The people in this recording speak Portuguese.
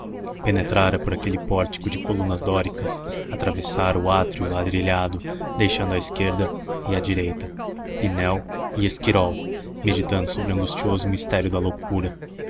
penetrara por aquele pórtico de colunas dóricas atravessara o átrio ladrilhado deixando à esquerda e à direita pinel e esquirol meditando sobre o angustioso mistério da loucura